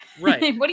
Right